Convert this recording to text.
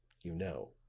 you know.